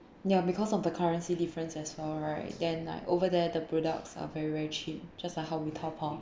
ya because of the currency difference as well right then like over there the products are very very cheap just like how we tao bao